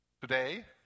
Today